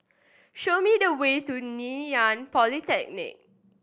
show me the way to Ngee Ann Polytechnic